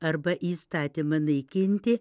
arba įstatymą naikinti